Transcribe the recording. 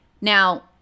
Now